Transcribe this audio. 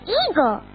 eagle